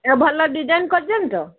ଏ ଭଲ ଡିଜାଇନ୍ କରିଛନ୍ତି ତ